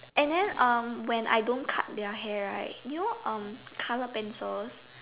and then um when I don't cut their hair right you know um color pencils